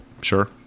Sure